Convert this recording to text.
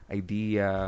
idea